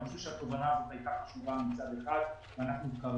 אני חושב שהתובנה הזו הייתה חשובה מצד אחד ואנחנו ...